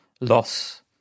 loss